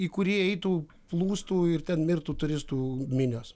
į kurį įeitų plūstų ir ten mirtų turistų minios